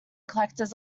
collectors